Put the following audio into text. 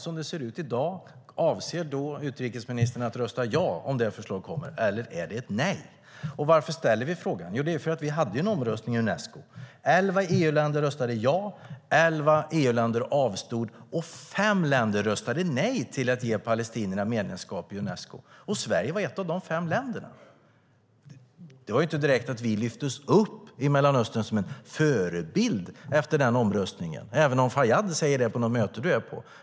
Som det ser ut i dag, avser utrikesministern att rösta ja om det förslaget kommer, eller är det ett nej? Varför ställer vi frågan? Jo, vi hade en omröstning i Unesco. Elva EU-länder röstade ja, elva EU-länder avstod och fem länder röstade nej till att ge palestinierna medlemskap i Unesco. Sverige var ett av de fem länderna. Det var inte direkt så att vi lyftes upp som en förebild i Mellanöstern efter den omröstningen, även om Fayyad säger det på något möte du är på.